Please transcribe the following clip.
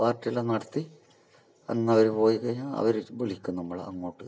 party എല്ലാം നടത്തി അന്നവർ പോയി കഴിഞ്ഞാൽ അവർ വിളിക്കും നമ്മളെ അങ്ങോട്ട്